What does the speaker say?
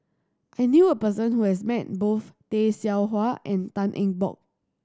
I knew a person who has met both Tay Seow Huah and Tan Eng Bock